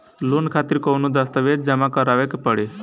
Loan खातिर कौनो दस्तावेज जमा करावे के पड़ी?